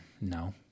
No